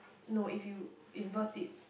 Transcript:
no if you invert it